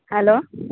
hello